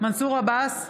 מנסור עבאס,